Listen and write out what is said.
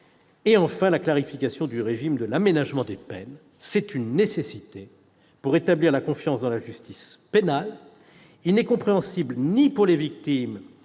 et, enfin, la clarification du régime de l'aménagement des peines. Cette dernière mesure est une nécessité pour rétablir la confiance dans la justice pénale. Il n'est compréhensible ni pour les victimes